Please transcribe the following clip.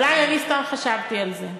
אולי אני סתם חשבתי על זה.